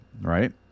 right